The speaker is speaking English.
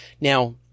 Now